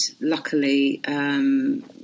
luckily –